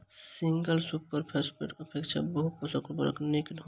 single super फौसफेटक अपेक्षा बहु पोषक उर्वरक बड़ नीक होइत छै